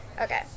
Okay